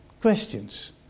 questions